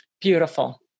Beautiful